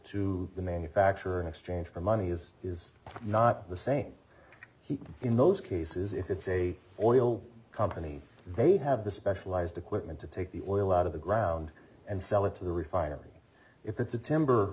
to the manufacturer in exchange for money is is not the same heat in those cases if it's a oil company they have the specialized equipment to take the oil out of the ground and sell it to the refinery if it's a timber